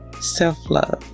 self-love